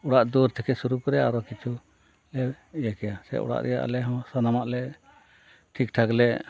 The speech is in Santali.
ᱚᱲᱟᱜ ᱫᱩᱣᱟᱹᱨ ᱠᱷᱚᱱ ᱮᱛᱚᱦᱚᱵ ᱠᱟᱛᱮ ᱟᱨᱚ ᱠᱤᱪᱷᱩ ᱞᱮ ᱤᱭᱟᱹ ᱠᱮᱭᱟ ᱥᱮ ᱚᱲᱟᱜ ᱨᱮᱭᱟᱜ ᱟᱞᱮ ᱦᱚᱸ ᱥᱟᱱᱟᱢᱟᱜ ᱞᱮ ᱴᱷᱤᱠ ᱴᱷᱟᱠ ᱞᱮ